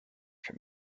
per